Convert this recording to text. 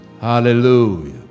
Hallelujah